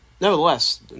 Nevertheless